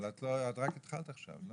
אבל את רק התחלת עכשיו.